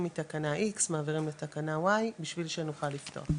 מתקנה X מעבירים לתקנה Y בשביל שנוכל לפתוח.